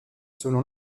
selon